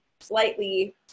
slightly